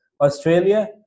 Australia